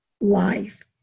life